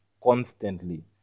constantly